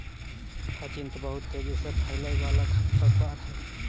hyacinth बहुत तेजी से फैलय वाला खरपतवार हइ